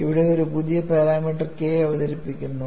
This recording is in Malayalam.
ഇവിടെ ഒരു പുതിയ പാരാമീറ്റർ K അവതരിപ്പിക്കുന്നു